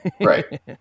Right